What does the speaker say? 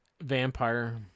Vampire